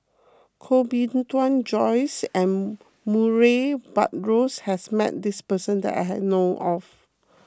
Koh Bee Tuan Joyce and Murray Buttrose has met this person that I know of